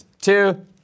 two